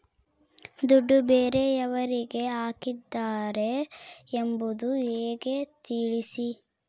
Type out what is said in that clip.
ದುಡ್ಡು ಬೇರೆಯವರಿಗೆ ಹಾಕಿದ್ದಾರೆ ಎಂಬುದು ಹೇಗೆ ತಿಳಿಸಿ?